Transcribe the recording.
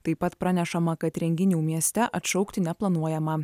taip pat pranešama kad renginių mieste atšaukti neplanuojama